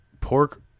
pork